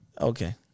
Okay